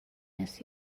miss